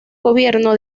gobierno